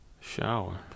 Shower